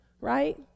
right